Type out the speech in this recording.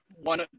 one